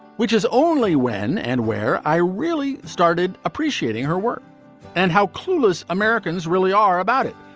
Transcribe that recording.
which is only when and where i really started appreciating her work and how clueless americans really are about it.